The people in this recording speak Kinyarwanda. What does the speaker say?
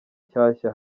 nshyashya